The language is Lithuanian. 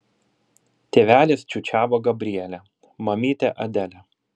tėvelis čiūčiavo gabrielę mamytė adelę